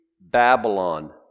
Babylon